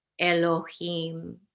Elohim